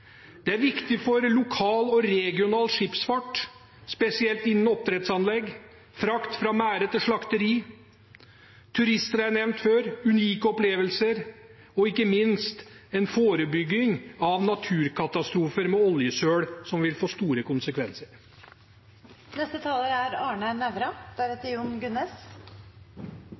Det er viktig for lokal og regional skipsfart, spesielt innen oppdrettsanlegg, frakt fra merdene til slakteri. Turister har jeg nevnt før, unike opplevelser, og det er ikke minst en forebygging av naturkatastrofer med oljesøl, som vil få store